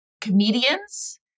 comedians